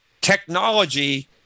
technology